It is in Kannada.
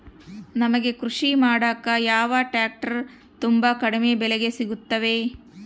ನಮಗೆ ಕೃಷಿ ಮಾಡಾಕ ಯಾವ ಟ್ರ್ಯಾಕ್ಟರ್ ತುಂಬಾ ಕಡಿಮೆ ಬೆಲೆಗೆ ಸಿಗುತ್ತವೆ?